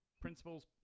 principles